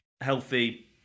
healthy